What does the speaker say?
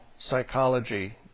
psychology